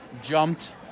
Jumped